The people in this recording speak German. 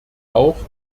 auch